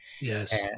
Yes